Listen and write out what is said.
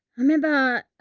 i remember.